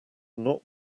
not